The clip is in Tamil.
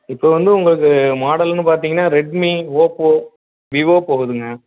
இப்போ வந்து உங்களுக்கு மாடலுன்னு பார்த்திங்கனா ரெட்மி ஓப்போ விவோ போகுதுங்க